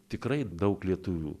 tikrai daug lietuvių